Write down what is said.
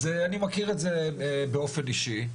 אני מכיר את זה באופן אישי,